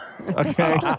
Okay